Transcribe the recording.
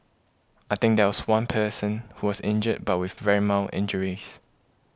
I think there was one person who was injured but with very mild injuries